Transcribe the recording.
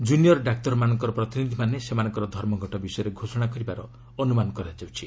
କ୍ରନିୟର୍ ଡାକ୍ତରମାନଙ୍କ ପ୍ରତିନିଧିମାନେ ସେମାନଙ୍କର ଧର୍ମଘଟ ବିଷୟରେ ଘୋଷଣା କରିବାର ଅନୁମାନ କରାଯାଉଛି